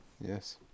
Yes